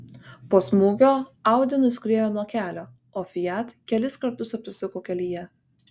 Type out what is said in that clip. po smūgio audi nuskriejo nuo kelio o fiat kelis kartus apsisuko kelyje